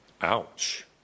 ouch